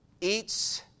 eats